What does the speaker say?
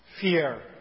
fear